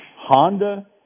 Honda